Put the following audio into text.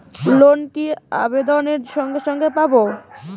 Loan কি আবেদনের সঙ্গে সঙ্গে পাব?